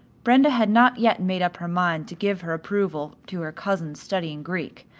brenda had not yet made up her mind to give her approval to her cousin's studying greek,